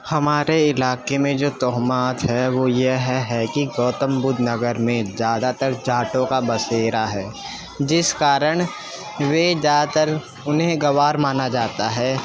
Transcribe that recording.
ہمارے علاقے میں جو توہمات ہے وہ یہ ہے ہے کہ گوتم بدھ نگر میں زیادہ تر جاٹوں کا بسیرا ہے جس کارن وے زیادہ تر انہیں گنوار مانا جاتا ہے